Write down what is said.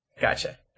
Gotcha